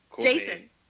Jason